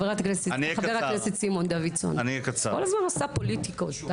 היא כל הזמן עושה פוליטיקות.